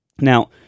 Now